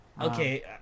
Okay